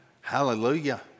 Hallelujah